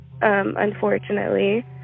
unfortunately